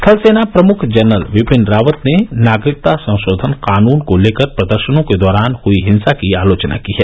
थलसेना प्रमुख जनरल बिपिन रावत ने नागरिकता संशोधन कानून को लेकर प्रदर्शनों के दौरान हुई हिंसा की आलोचना की है